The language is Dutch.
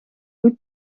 goed